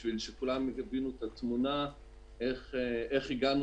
כדי שכולם יבינו איך הגענו